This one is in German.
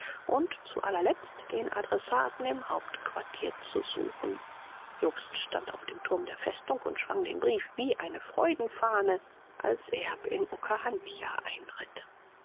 und zu allerletzt den adressaten im hauptquartier zu suchen jobst stand auf dem turm der feste und schwang den brief wie eine freudenfahne als erb in okahandja einritt